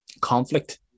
conflict